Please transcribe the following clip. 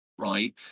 right